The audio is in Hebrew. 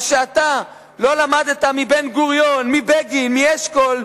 מה שאתה לא למדת מבן-גוריון, מבגין, מאשכול,